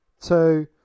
two